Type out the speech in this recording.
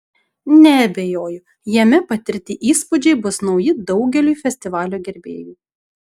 neabejoju jame patirti įspūdžiai bus nauji daugeliui festivalio gerbėjų